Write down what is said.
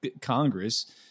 Congress